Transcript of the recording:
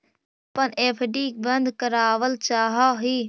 हम अपन एफ.डी के बंद करावल चाह ही